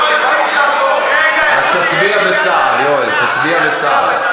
אז תצביע בצער, יואל, תצביע בצער.